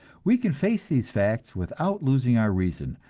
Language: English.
we can face these facts without losing our reason,